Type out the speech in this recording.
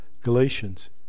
Galatians